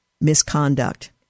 misconduct